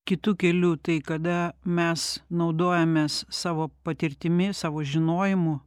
kitu keliu tai kada mes naudojamės savo patirtimi savo žinojimu